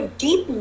deep